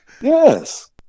Yes